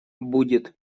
будет